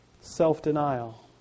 Self-denial